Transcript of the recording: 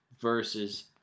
versus